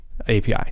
api